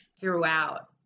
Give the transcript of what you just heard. throughout